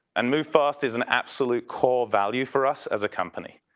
and move fast is an absolute core value for us as a company.